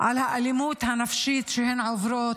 האלימות הנפשית שהן עוברות,